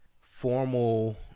formal